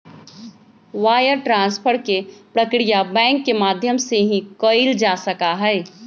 wire transfer के प्रक्रिया bank के माध्यम से ही कइल जा सका हई